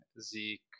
zeke